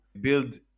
build